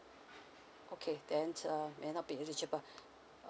okay then err may not be eligible